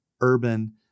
urban